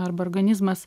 arba organizmas